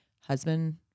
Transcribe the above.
husband